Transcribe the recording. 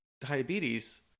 diabetes